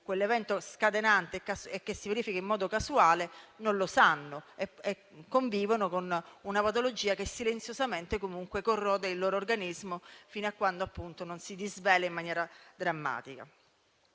l'evento scatenante, che avviene in modo casuale, non lo sanno e convivono con una patologia che silenziosamente comunque corrode il loro organismo fino a quando non si disvela in maniera drammatica.